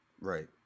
Right